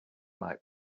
might